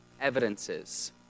evidences